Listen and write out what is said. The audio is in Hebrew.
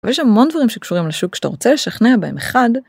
יש המון דברים שקשורים לשוק שאתה רוצה לשכנע בהם: אחד,